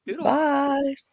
Bye